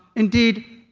indeed,